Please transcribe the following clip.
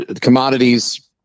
commodities